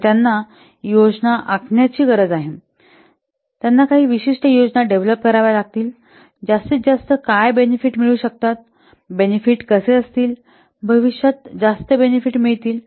तर त्यांना योजना आखण्याची गरज आहे त्यांना काही विशिष्ट योजना डेव्हलप कराव्या लागतील जास्तीत जास्त काय बेनेफिट मिळू शकतात बेनेफिट कसे असतील भविष्यात जास्त बेनेफिट मिळतील